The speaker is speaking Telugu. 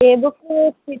A book